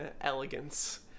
elegance